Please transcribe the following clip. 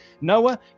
Noah